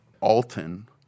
Alton